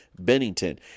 Bennington